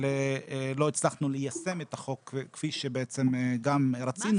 שלא הצלחנו ליישם את החוק כפי שבעצם גם רצינו